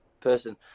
person